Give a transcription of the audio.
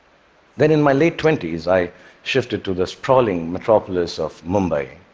then in my late twenty s, i shifted to the sprawling metropolis of mumbai,